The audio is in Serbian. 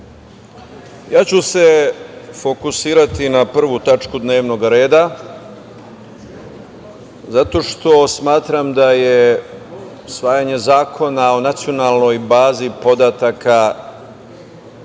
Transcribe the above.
ja ću se fokusirati na 1. tačku dnevnog reda, zato što smatram da je usvajanje zakona o nacionalnoj bazi podataka za